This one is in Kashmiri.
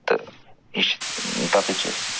تہٕ یہِ چھِ تَتٕے چھِ أسۍ